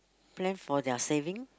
plan for their saving